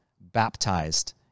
baptized